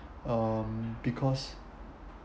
um because